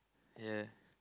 ya